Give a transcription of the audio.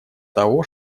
того